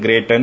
Great Dane